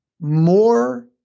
more